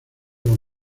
los